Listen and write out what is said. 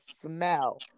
smell